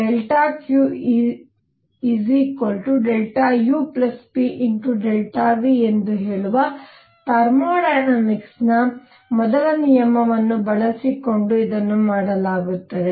QUpVಎಂದು ಹೇಳುವ ಥರ್ಮೋಡೈನಾಮಿಕ್ಸ್ನ ಮೊದಲ ನಿಯಮವನ್ನು ಬಳಸಿಕೊಂಡು ಇದನ್ನು ಮಾಡಲಾಗುತ್ತದೆ